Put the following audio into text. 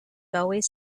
always